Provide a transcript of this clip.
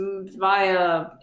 via